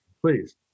please